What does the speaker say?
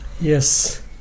Yes